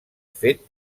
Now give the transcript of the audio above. fet